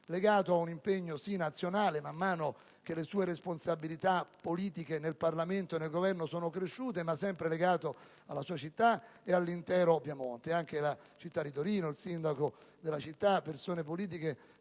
legato a un impegno, sì nazionale, man mano che le sue responsabilità politiche nel Parlamento e nel Governo sono cresciute, ma sempre legato alla sua città e all'intero Piemonte. Anche la città di Torino, il sindaco della città, persone politiche